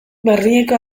berlineko